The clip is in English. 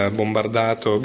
bombardato